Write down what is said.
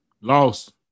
Lost